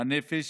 הנפש